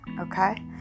Okay